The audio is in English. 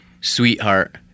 Sweetheart